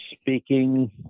speaking